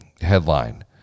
Headline